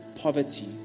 poverty